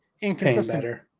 Inconsistent